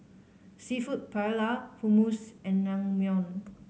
Seafood Paella Hummus and Naengmyeon